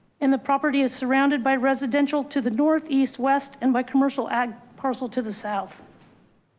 and the property is surrounded by residential to the north east west, and by commercial ag parcel to the south.